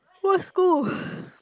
whose school